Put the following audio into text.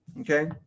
Okay